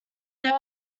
there